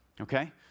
Okay